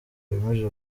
rigamije